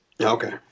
Okay